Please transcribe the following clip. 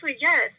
yes